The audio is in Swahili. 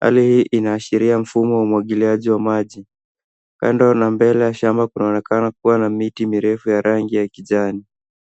Hali hii inaashiria mfumo wa umwagiliaji wa maji. Kando na mbele ya shamba kunaonekana kuwa na miti mirefu ya rangi ya kijani.